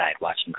watching